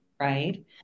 right